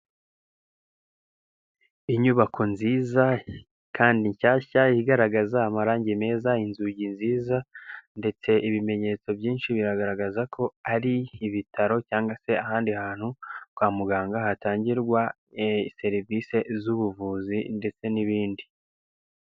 Inyubako nziza kandi nshyashya igaragaza amarangi meza inzugi nziza, ndetse ibimenyetso byinshi biragaragaza ko ari ibitaro cyangwa se ahandi hantu kwa muganga hatangirwa serivisi z'ubuvuzi ndetse n'ibindi.